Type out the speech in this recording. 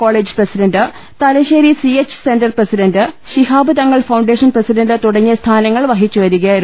college president Thalassery C H centre president Shihab Thangal foundation president തുടങ്ങിയ സ്ഥാനങ്ങൾ വഹിച്ചു വരിക യായിരുന്നു